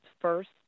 first